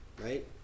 right